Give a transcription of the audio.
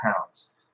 pounds